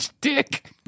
dick